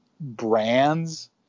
brands